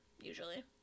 usually